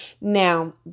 Now